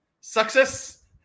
success